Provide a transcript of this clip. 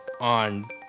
on